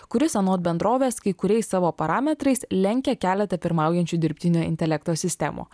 kuris anot bendrovės kai kuriais savo parametrais lenkia keletą pirmaujančių dirbtinio intelekto sistemų